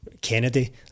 Kennedy